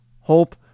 Hope